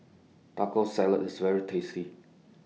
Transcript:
Taco Salad IS very tasty